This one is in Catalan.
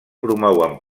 promouen